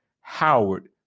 Howard